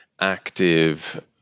active